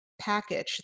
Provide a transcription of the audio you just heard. package